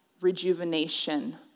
rejuvenation